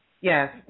Yes